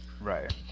Right